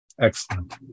Excellent